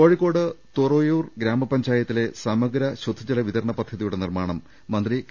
കോഴിക്കോട് തുറയൂർ ഗ്രാമപഞ്ചായത്തിലെ സമഗ്ര ശുദ്ധജല വിത രണ പദ്ധതിയുടെ നിർമാണം മന്ത്രി കെ